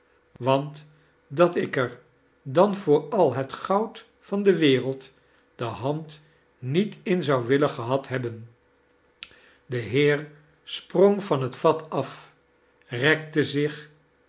want dat ik er dan voor al het goud van de wereld de hand niet in zou willen gehad hebben de heer sprong van het vat af rekte zich